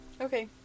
Okay